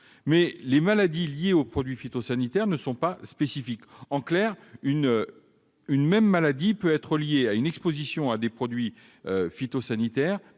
que les maladies liées aux produits phytosanitaires ne sont pas spécifiques. En clair, une même maladie peut être liée à une exposition à des produits phytosanitaires,